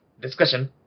discussion